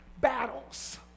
battles